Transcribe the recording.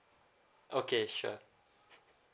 okay sure